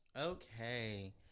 Okay